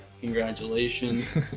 Congratulations